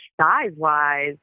size-wise